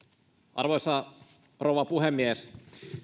arvoisa rouva puhemies